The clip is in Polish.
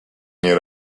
nie